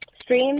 Stream